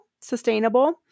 sustainable